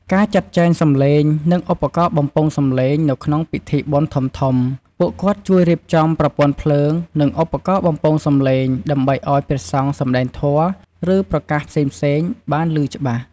ការជួយទុកដាក់ស្បែកជើង នៅពេលចូលទៅក្នុងសាលាឆាន់ ឬព្រះវិហារ ភ្ញៀវត្រូវដោះស្បែកជើង។